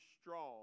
strong